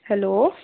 hello